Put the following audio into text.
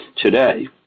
today